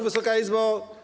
Wysoka Izbo!